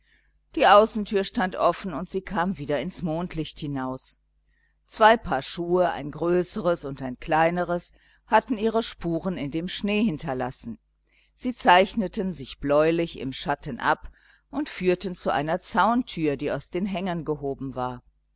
die außentür stand offen und sie kam wieder ins mondlicht hinaus zwei paar schuhe ein größeres und ein kleineres hatten ihre spuren in dem schnee hinterlassen sie zeichneten sich bläulich im schatten ab und führten zu einer zauntür die aus den hängen gehoben war